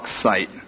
site